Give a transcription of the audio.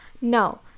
Now